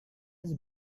his